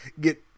get